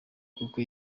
kuko